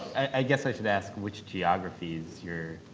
i guess i should ask which geographies you're